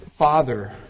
Father